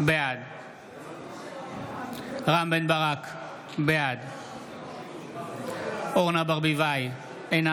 בעד רם בן ברק, בעד אורנה ברביבאי, אינה